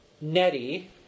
Nettie